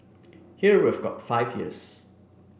here we've got five years